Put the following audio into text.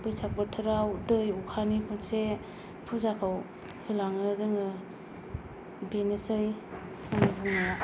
बैसाग बोथोराव दै अखानि खनसे फुजाखौ होलाङो जोङो बेनोसै आंनि बुंनाया